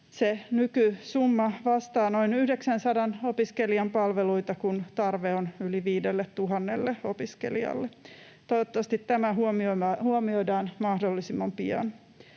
Nykysumma vastaa noin 900 opiskelijan palveluita, kun tarve on yli 5 000 opiskelijalle. Toivottavasti tämä huomioidaan mahdollisimman pian.